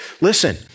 Listen